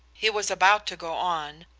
he was about to go on,